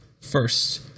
first